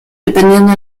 dependiendo